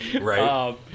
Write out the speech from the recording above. Right